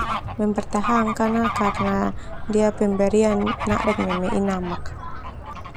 Mempertahankan ah karena nia pemberian nadek neme inamak.